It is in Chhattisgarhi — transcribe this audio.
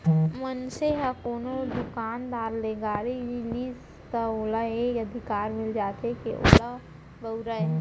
मनसे ह कोनो दुकानदार ले गाड़ी लिस त ओला ए अधिकार मिल जाथे के ओला बउरय